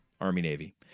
Army-Navy